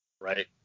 Right